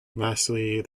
lastly